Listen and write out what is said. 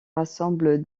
rassemble